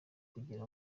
kugira